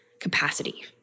capacity